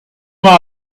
more